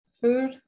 food